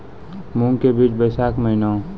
मूंग के बीज बैशाख महीना